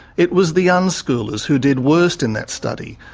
it was the unschoolers who did worst in that study.